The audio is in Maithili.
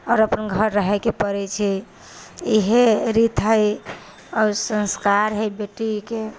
आओर अपन घर रहयके पड़ै छै इएह रीत हइ आओर संस्कार हइ बेटीके